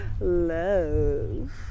love